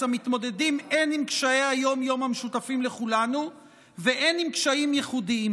המתמודדים הן עם קשיי היום-יום המשותפים לכולנו והן עם קשיים ייחודיים,